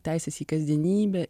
teisės į kasdienybę